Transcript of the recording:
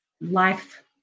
life